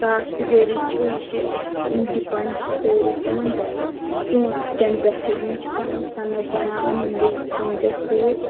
کاشتہٕ گٔری چھِ یہِ چھِ أسۍ ڈِپینٛڈ چھِ سٲری کٕمَن پیٚٹھ ژوٗنٛٹیٚن پیٚٹھے یِم چھِ پَنٕنۍ صَند بَناوَن یِموے ژوٗنٛٹیٚو سۭتۍ